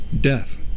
Death